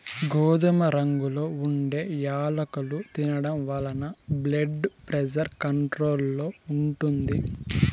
గోధుమ రంగులో ఉండే యాలుకలు తినడం వలన బ్లెడ్ ప్రెజర్ కంట్రోల్ లో ఉంటుంది